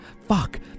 fuck